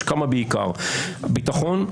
יש כמה בעיקר: ביטחון,